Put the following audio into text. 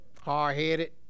Hard-headed